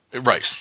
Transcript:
Right